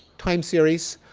time series.